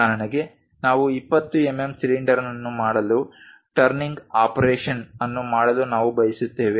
ಉದಾಹರಣೆಗೆ ನಾವು 20 ಎಂಎಂ ಸಿಲಿಂಡರ್ನನ್ನು ಮಾಡಲು ಟರ್ನಿಂಗ್ ಆಪರೇಷನ ಅನ್ನು ಮಾಡಲು ನಾವು ಬಯಸುತ್ತೇವೆ